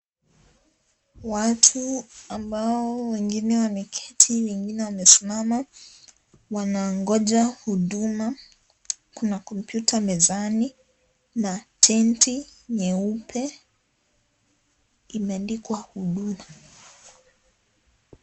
Watu ambao wengine wameketi, wengine wamesimama, wanangoja huduma, kuna kompyuta mezani, na (CS)tenti(CS) nyeupe imeandikwa huduma.